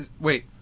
Wait